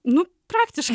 nu praktiškai